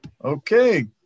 Okay